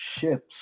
ships